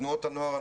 תנועות הנוער,